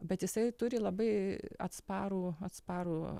bet jisai turi labai atsparų atsparų